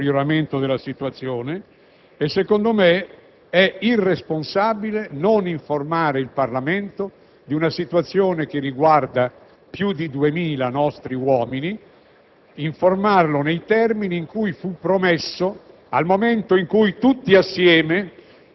A questo punto, ritengo sia davvero irresponsabile da parte del nostro Governo continuare ad ignorare una situazione che nei suoi sviluppi conferma quello che annunciò Toni Capuozzo un mese fa e che trova ripetute conferme.